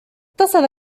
اتصل